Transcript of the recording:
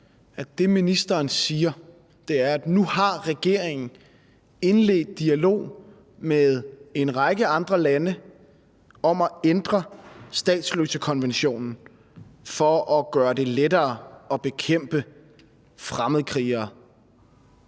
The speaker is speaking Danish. det, ministeren siger, er, at nu har regeringen indledt en dialog med en række andre lande om at ændre statsløsekonventionen for at gøre det lettere at bekæmpe fremmedkrigere?